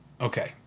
Okay